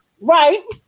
Right